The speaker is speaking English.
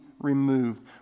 removed